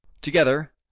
together